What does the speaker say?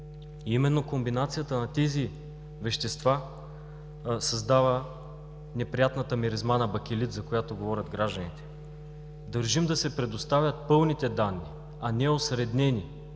Именно комбинацията на тези вещества създава неприятната миризма на бакелит, за която говорят гражданите. Държим да се предоставят пълните данни, а не осреднени,